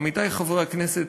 עמיתי חברי הכנסת,